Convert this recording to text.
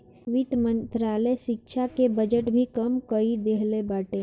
वित्त मंत्रालय शिक्षा के बजट भी कम कई देहले बाटे